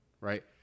right